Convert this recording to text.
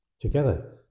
together